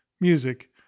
music